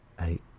eight